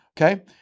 Okay